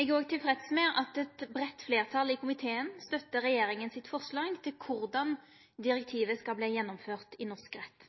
Eg er òg tilfreds med at eit breitt fleirtal i komiteen støttar regjeringa sitt forslag til korleis direktivet skal verte gjennomført i norsk rett.